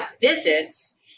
visits